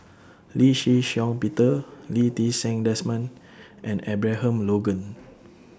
Lee Shih Shiong Peter Lee Ti Seng Desmond and Abraham Logan